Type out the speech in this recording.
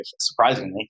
surprisingly